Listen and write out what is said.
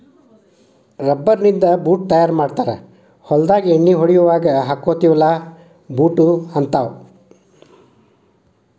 rubber ನಿಂದ boot ತಯಾರ ಮಾಡ್ತಾರ ಹೊಲದಾಗ ಎಣ್ಣಿ ಹೊಡಿಯುವಾಗ ಹಾಕ್ಕೊತೆವಿ ಅಲಾ ಬೂಟ ಹಂತಾವ